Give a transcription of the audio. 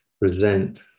present